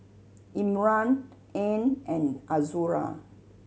Imran Ain and Azura